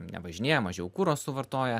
nevažinėja mažiau kuro suvartoja